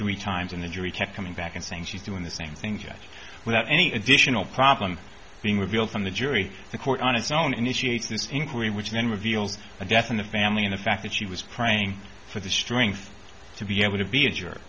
three times and the jury kept coming back and saying she's doing the same things that without any additional problem being revealed from the jury the court on its own initiated this inquiry which then reveals a death in the family in the fact that she was crying for the strength to be able to be a jerk